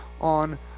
on